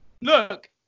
look